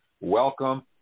welcome